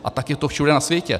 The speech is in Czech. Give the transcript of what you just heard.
A tak je to všude na světě.